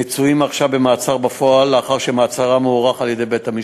מצויים עכשיו במעצר בפועל לאחר שמעצרם הוארך על-ידי בית-המשפט.